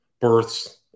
births